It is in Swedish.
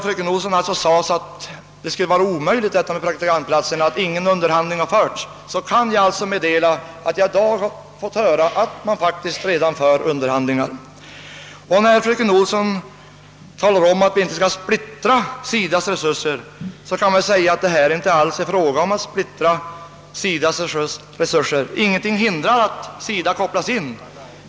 Fröken Olsson talade om att man inte skall splittra SIDA:s resurser. Till det vill jag säga att det här inte alls är fråga om att splittra SIDA:s resurser; ingenting hindrar att SIDA kopplas in.